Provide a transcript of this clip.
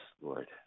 Lord